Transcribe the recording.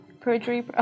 perjury